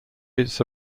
its